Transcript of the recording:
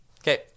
Okay